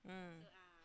mm